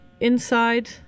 inside